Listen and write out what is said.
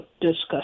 discuss